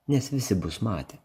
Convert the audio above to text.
nes visi bus matę